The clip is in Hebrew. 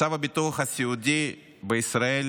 מצב הביטוח הסיעודי בישראל